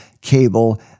cable